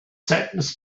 sentence